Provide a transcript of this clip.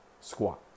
squat